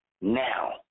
now